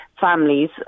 families